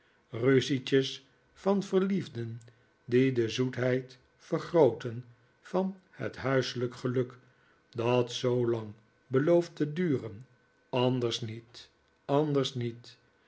ruzietjes van verliefden die de zoetheid vergrooten van het huiselijke geluk dat zoolang belooft te duren anders niet anders niet